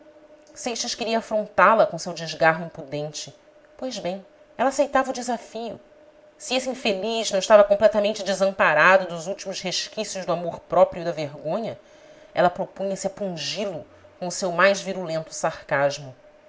seixas queria afrontá la com seu desgarro impudente pois bem ela aceitava o desafio se esse infeliz não estava completamente desamparado dos últimos resquícios do amor-próprio e da vergonha ela propunha se a pungi lo com o seu mais virulento sarcasmo